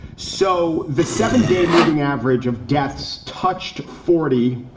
so the seven day moving average of deaths touched forty.